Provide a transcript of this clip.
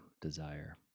desire